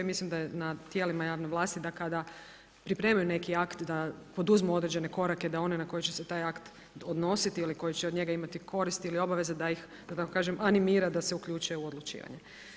Mislim da je na tijelima javne vlasti da kada pripremaju neki akt da poduzmu određene korake da one na koje će se taj akt odnositi ili koji će od njega imati koristi ili obaveze da ih da tako kažem animira da se uključe u odlučivanje.